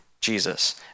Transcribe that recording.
Jesus